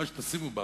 מה שתשימו בה